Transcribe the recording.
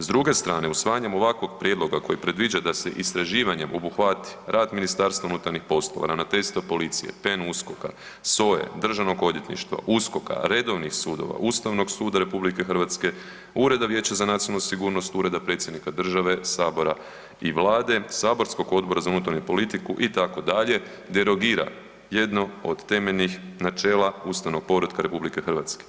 S druge strane usvajanjem ovakvog prijedloga koji predviđa sa se istraživanjem obuhvati rad MUP-a, Ravnateljstva policije, PNUSKOK-a, SOA-e, Državnog odvjetništva, USKOK-a, redovnih sudova, Ustavnog suda RH, Ureda vijeća za nacionalnu sigurnost, Ureda predsjednika države, sabora i vlade, saborskog Odbora za unutarnju politiku itd., derogira jedno od temeljnih načela ustavnog poretka RH.